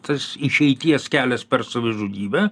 tas išeities kelias per savižudybę